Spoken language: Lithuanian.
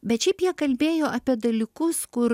bet šiaip jie kalbėjo apie dalykus kur